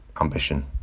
ambition